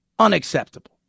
unacceptable